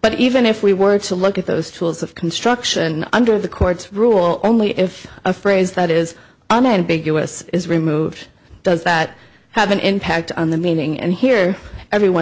but even if we were to look at those tools of construction under the courts rule only if a phrase that is unambiguous is removed does that have an impact on the meaning and here everyone